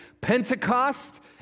Pentecost